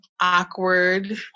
awkward